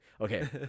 okay